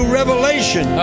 revelation